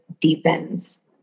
deepens